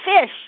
fish